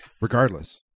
Regardless